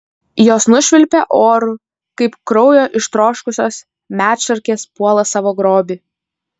jos nušvilpė oru kaip kraujo ištroškusios medšarkės puola savo grobį